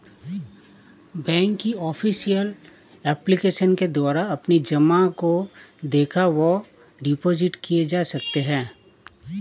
bank की official application के द्वारा अपनी जमा को देखा व डिपॉजिट किए जा सकते हैं